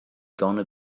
gonna